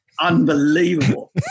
unbelievable